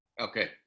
Okay